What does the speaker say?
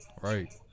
Right